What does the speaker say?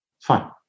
Fine